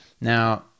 Now